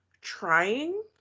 trying